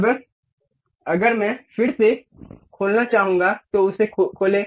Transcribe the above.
अब अगर मैं फिर से खोलना चाहूंगा तो उसे खोलें